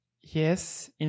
yes